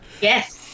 Yes